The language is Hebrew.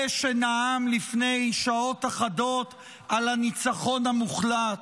זה שנאם לפני שעות אחדות על הניצחון המוחלט,